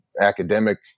academic